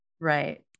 Right